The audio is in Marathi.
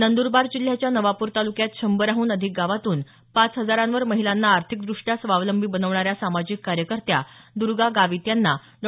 नंदूरबार जिल्ह्याच्या नवापूर तालुक्यात शंभराहून अधिक गावातून पाच हजारावर महिलांना आर्थिक दृष्ट्या स्वावलंबी बनवण्याऱ्या सामाजिक कार्यकर्त्या दर्गा गावीत यांना डॉ